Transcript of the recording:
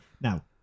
now